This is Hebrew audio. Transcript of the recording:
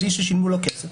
בלי ששילמו לו כסף,